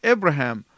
Abraham